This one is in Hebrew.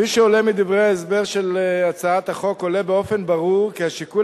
מדברי ההסבר של הצעת החוק עולה באופן ברור כי השיקול